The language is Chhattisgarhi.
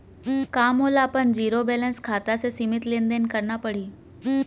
का मोला अपन जीरो बैलेंस खाता से सीमित लेनदेन करना पड़हि?